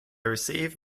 receive